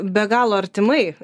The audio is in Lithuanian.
be galo artimai